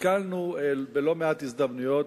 נתקלנו בלא מעט הזדמנויות,